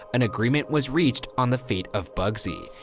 an agreement was reached on the fate of bugsy.